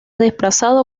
desplazado